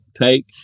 take